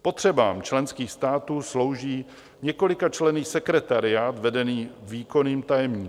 Potřebám členských států slouží několikačlenný sekretariát vedený výkonným tajemníkem.